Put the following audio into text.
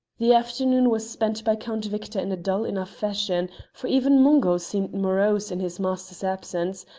the afternoon was spent by count victor in a dull enough fashion, for even mungo seemed morose in his master's absence,